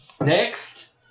Next